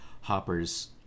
Hopper's